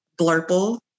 blurple